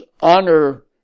honor